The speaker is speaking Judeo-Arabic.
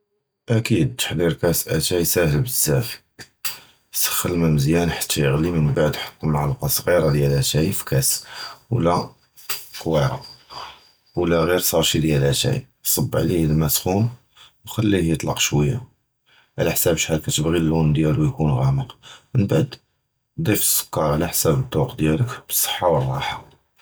אַכֵּיד, תַּחְדִיר כַּאס אִטַאי סַהֵלּ בְּזַבַּא, סַחַּן אֶל-מַא מְזִיּאַנָאן חַתָּא יִגְלִי, מִנְּבַּעְד כַּטּ מַעְלֵקַה סְגִּירָה דִיַּאל אִטַאי בְּכַּאס אוּ כּוּוִירָה אוּ גִ'ר סַאצ'י דִיַּאל אִטַאי, וְסַבּ עָלֵיהּ אֶל-מַא סַחּוּן וְחַתּוֹהּ יִטְלַקּ שׁוּיָּא עַל חִסַּאב שַׁחַל כִּתְבְּגִ'י אֶל-לוּן דִיָּאלוּ יִקוּן גַּאמְק, מִנְּבַּעְד זִיפ אֶל-סּוּכַּּר עַל חִסַּאב אֶל-זּוּקּ דִיָּאלְכּ, בְּצַחָה וְרָרַחָה.